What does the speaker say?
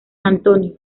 antonio